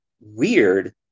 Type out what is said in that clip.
weird